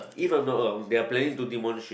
if I'm not wrong they are planning to demolish it